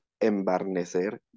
embarnecer